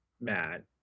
Matt